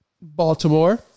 Baltimore